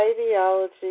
ideology